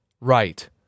right